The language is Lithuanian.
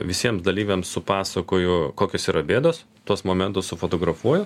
visiems dalyviams supasakoju kokios yra bėdos tuos momentus sufotografuoju